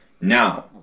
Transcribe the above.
Now